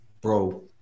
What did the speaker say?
Bro